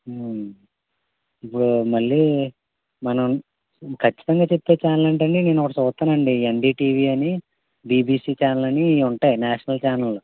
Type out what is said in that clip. ఇప్పుడు మళ్ళీ మనం ఖచ్చితంగా చెప్తే చాలంటేండి నేనొకటి చూస్తానండి ఎన్డిటీవీ అని బీబీసీ ఛానల్ అని ఉంటాయి నేషనల్ ఛానల్లు